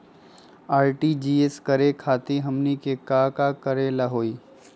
RTGS करे खातीर हमनी के का करे के हो ई?